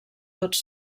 tots